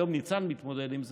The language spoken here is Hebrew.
היום ניצן מתמודד עם זה,